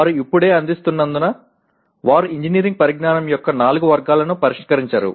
వారు ఇప్పుడే అందిస్తున్నందున వారు ఇంజనీరింగ్ పరిజ్ఞానం యొక్క నాలుగు వర్గాలను పరిష్కరించరు